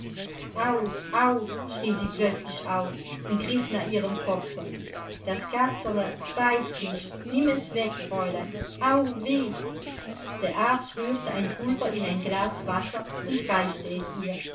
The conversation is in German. schrie sie plötzlich auf und griff nach ihrem kopfe das katzerl beißt mich nimm es weg fräulein au weh der arzt rührte ein pulver in ein glas wasser und reichte es ihr